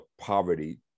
poverty